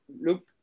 look